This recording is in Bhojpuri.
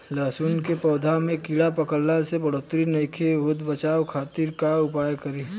लहसुन के पौधा में कीड़ा पकड़ला से बढ़ोतरी नईखे होत बचाव खातिर का उपाय करी?